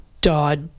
died